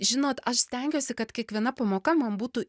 žinot aš stengiuosi kad kiekviena pamoka man būtų